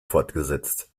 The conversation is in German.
fortgesetzt